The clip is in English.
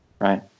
right